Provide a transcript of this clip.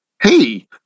hey